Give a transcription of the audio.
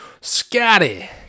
Scotty